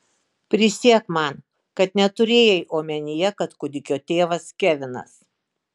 prisiek man kad neturėjai omenyje jog kūdikio tėvas kevinas